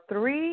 three